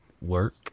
work